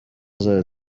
zayo